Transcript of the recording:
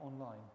online